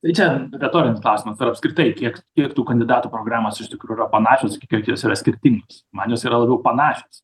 tai čia retorinis klausimas ir apskritai kiek kiek tų kandidatų programos iš tikrųjų yra panašios kiek jos yra skirtingos man jos yra labiau panašios